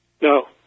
no